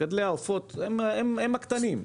מגדלי העופות הם הקטנים,